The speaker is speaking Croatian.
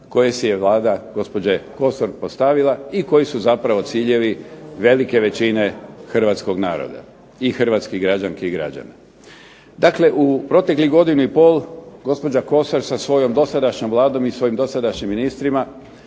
koje si je Vlada gospođe Kosor postavila i koji su zapravo ciljevi velike većine Hrvatskog naroda i Hrvatskih građanki i građana. Dakle, u proteklih godinu i pol gospođa Kosor sa svojom dosadašnjom Vladom i svojim dosadašnjim ministrima